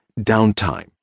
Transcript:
downtime